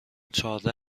چهارده